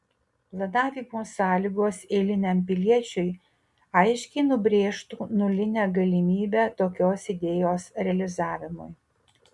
planavimo sąlygos eiliniam piliečiui aiškiai nubrėžtų nulinę galimybę tokios idėjos realizavimui